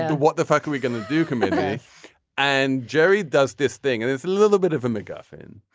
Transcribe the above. what the fuck are we going to do committee and jerry does this thing and it's a little bit of a macguffin.